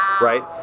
right